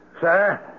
Sir